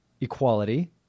equality